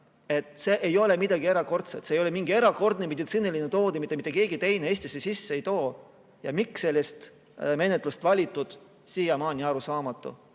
See ei ole midagi erakordset, see ei ole mingi erakordne meditsiiniline toode, mida mitte keegi teine Eestisse sisse ei too. Miks selline menetlus valiti, on siiamaani arusaamatu.